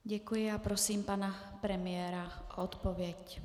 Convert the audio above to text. Děkuji a prosím pana premiéra o odpověď.